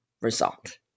result